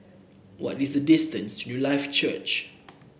what is the distance Newlife Church